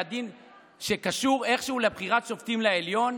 הדין שקשור איכשהו לבחירת שופטים לעליון?